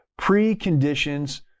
Preconditions